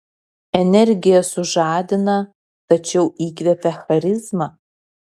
energija sužadina tačiau įkvepia charizma